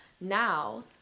Now